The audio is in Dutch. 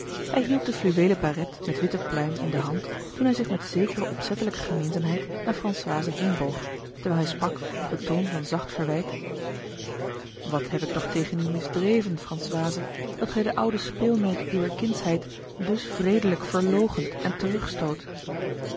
hij hield de fluweelen barret met witte pluim in de hand toen hij zich met zekere opzettelijke gemeenzaamheid naar françoise heenboog terwijl hij sprak op den toon van zacht verwijt wat heb ik toch tegen u misdreven françoise dat gij den ouden speelnoot uwer kindsheid dus wreedelijk verloochent en